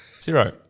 Zero